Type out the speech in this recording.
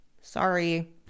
Sorry